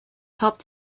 top